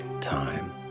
time